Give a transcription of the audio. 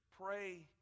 pray